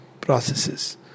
processes